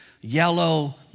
yellow